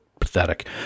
pathetic